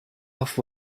off